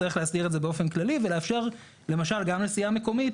צריך להסדיר את זה באופן כללי ולאפשר למשל גם לסיעה מקומית